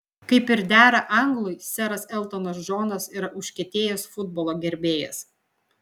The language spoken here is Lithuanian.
kaip ir dera anglui seras eltonas džonas yra užkietėjęs futbolo gerbėjas